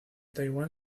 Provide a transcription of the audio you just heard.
taiwán